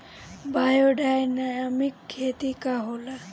Biodynamic खेती का होला?